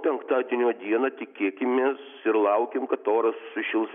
penktadienio dieną tikėkimės ir laukiam kad oras sušils